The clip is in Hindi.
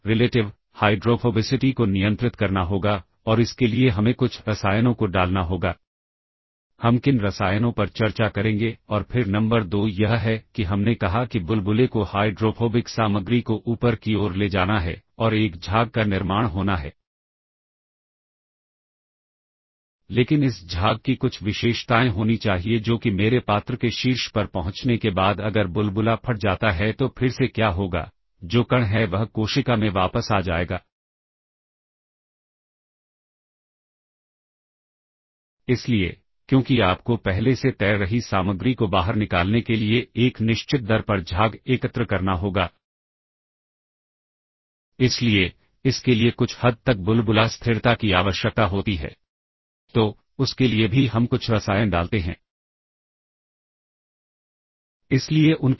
जानकारी को स्टैक के सबसे ऊपर से निकाला जाता है और तब प्वाइंटर को इंक्रीमेंट कर दिया जाता है और स्टैक प्वाइंटर हमेशा स्टैक के सबसे ऊपर पॉइंट करता है तो यह स्टैक डाटा के डेफिनेशन से ही पता चल जाता है और 8085 के स्टैक ऑपरेशन में भी इस बात का खास ध्यान रखा जाता है स्टैक एक लिफो के तरीके से कार्य करता है जिसका मतलब है की जो सबसे अंतिम में जाएगा वही सबसे पहले बाहर आएगा क्योंकि 8085 कोई इसी प्रकार से डिजाइन किया गया है तो इसलिए पॉप ऑपरेशन में करने के कम पर किसी भी प्रकार का रिस्ट्रिक्शन नहीं है हमें इस बात का खास ध्यान रखना होगा की पुश और पॉप के क्रम एक दूसरे के विपरीत होने चाहिए ताकि इनफॉरमेशन को वापस उसकी असल जगह पर पहुंचाया जा सके